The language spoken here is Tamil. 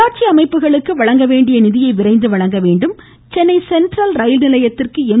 உள்ளாட்சி அமைப்புகளுக்கு வழங்க வேண்டிய நிதியை விரைந்து வழங்க வேண்டும் சென்னை சென்ட்ரல் ரயில் நிலையத்திற்கு எம்